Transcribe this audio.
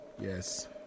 Yes